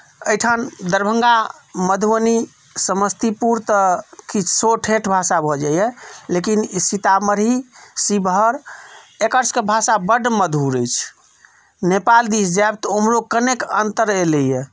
एहिठाम दरभङ्गा मधुबनी समस्तीपुर तऽ किछु सेहो ठेठ भाषा बजैए लेकिन सीतामढ़ी शिवहर एकरसभके भाषा बड्ड मधुर अछि नेपाल दिश जायब तऽ उम्हरो कनिक अन्तर एलैए